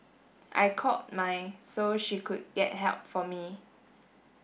I called my so she could get help for me